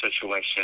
situation